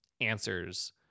answers